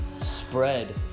spread